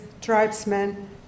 tribesmen